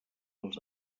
els